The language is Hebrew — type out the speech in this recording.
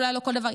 אולי לא כל דבר,